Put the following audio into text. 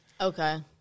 okay